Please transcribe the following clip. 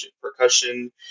percussion